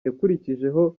yakurikijeho